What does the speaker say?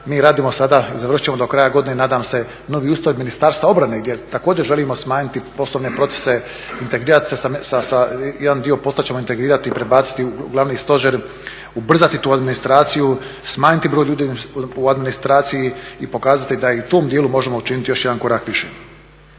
mi radimo sada i završit ćemo do kraja godine nadam se novi ustroj Ministarstva obrane gdje također želimo smanjiti poslovne procese, integrirat se, jedan dio posla ćemo integrirati i prebaciti u glavni stožer, ubrzati tu administraciju, smanjiti broj ljudi u administraciji i pokazati da i u tom dijelu možemo učiniti još jedan korak više.